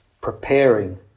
preparing